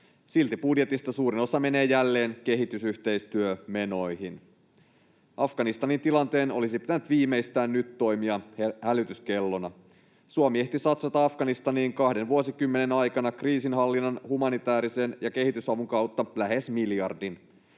Silti budjetista suurin osa menee jälleen kehitysyhteistyömenoihin. Afganistanin tilanteen olisi pitänyt viimeistään nyt toimia hälytyskellona. Suomi ehti satsata Afganistaniin kahden vuosikymmenen aikana kriisinhallinnan, humanitäärisen avun ja kehitysavun kautta lähes miljardin.